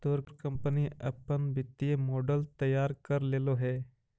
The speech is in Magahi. तोर कंपनी अपन वित्तीय मॉडल तैयार कर लेलो हे?